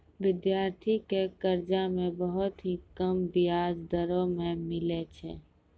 विद्यार्थी के कर्जा मे बहुत ही कम बियाज दरों मे मिलै छै